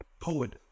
poet